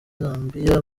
zambia